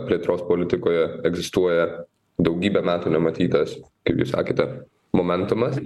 plėtros politikoje egzistuoja daugybę metų nematytas kaip jūs sakėte momentumas